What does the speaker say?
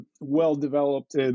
well-developed